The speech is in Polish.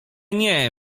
nie